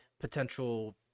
potential